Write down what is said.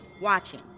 watching